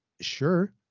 sure